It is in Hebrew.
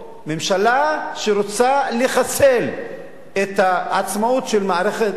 ממשלה שרוצה לחסל את העצמאות של המערכות